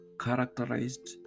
characterized